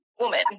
woman